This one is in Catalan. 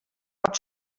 pot